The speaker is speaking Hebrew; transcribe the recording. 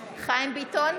חיים ביטון,